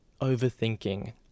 overthinking